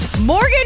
Morgan